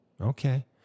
Okay